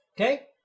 Okay